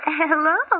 hello